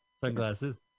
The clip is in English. sunglasses